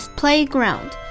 playground